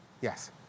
Yes